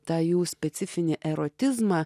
tą jų specifinį erotizmą